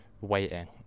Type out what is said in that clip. waiting